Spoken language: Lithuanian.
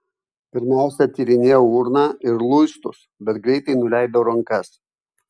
pirmiausia tyrinėjau urną ir luistus bet greitai nuleidau rankas